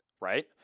Right